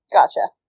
Gotcha